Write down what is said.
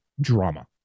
drama